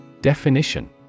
Definition